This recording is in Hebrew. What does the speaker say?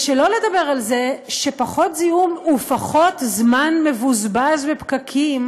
שלא לדבר על זה שפחות זיהום ופחות זמן מבוזבז בפקקים